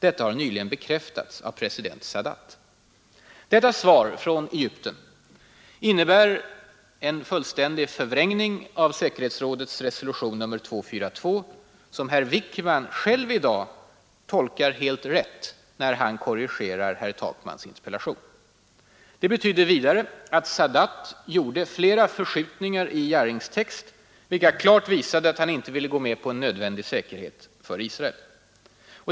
Detta har nyligen bekräftats av president Sadat.” Detta svar från Egypten innebär en fullständig förvrängning av säkerhetsrådets resolution nr 242, som herr Wickman själv i dag tolkar helt rätt, när han korrigerar herr Takmans interpellation. Det betydde vidare att Sadat gjorde flera förskjutningar i Jarrings text, vilka klart visade att han inte ville gå med på nödvändig säkerhet för Israel.